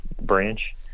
branch